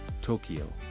Tokyo